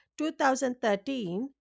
2013